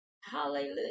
Hallelujah